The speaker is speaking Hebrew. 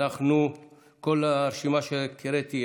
כל הרשימה שהקראתי,